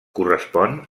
correspon